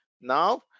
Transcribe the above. Now